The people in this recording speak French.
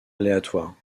aléatoire